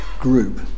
group